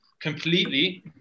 completely